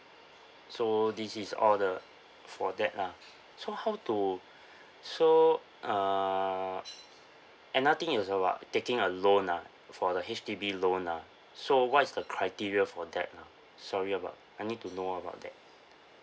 so this is all the for that lah so how to so uh another thing is about taking a loan lah for the H_D_B loan lah so what's the criteria for that ah sorry about I need to know about that